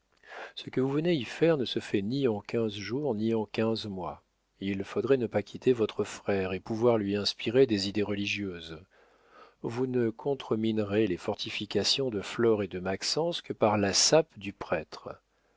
ce que vous venez y faire ne se fait ni en quinze jours ni en quinze mois il faudrait ne pas quitter votre frère et pouvoir lui inspirer des idées religieuses vous ne contreminerez les fortifications de flore et de maxence que par la sape du prêtre